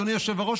אדוני היושב-ראש,